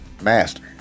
master